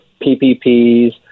PPPs